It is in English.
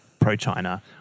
pro-China